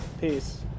Peace